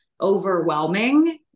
overwhelming